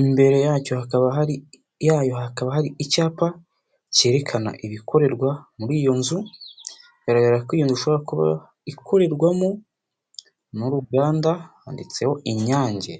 imbere yacyo hakaba hari yayo hakaba hari icyapa kerekana ibikorerwa muri iyo nzu, bigaragara ko iyo nzu ishobora kuba ikorerwamo n'uruganda handitseho inyange.